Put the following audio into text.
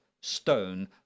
stone